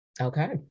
okay